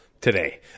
today